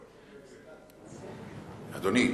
אדוני,